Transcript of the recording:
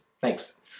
Thanks